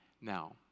now